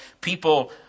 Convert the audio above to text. people